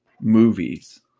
movies